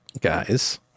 Guys